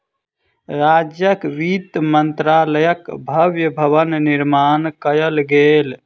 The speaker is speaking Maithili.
राज्यक वित्त मंत्रालयक भव्य भवन निर्माण कयल गेल